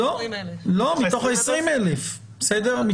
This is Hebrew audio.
מתוך 20,000. לא!, לא.